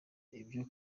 ibyo